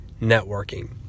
networking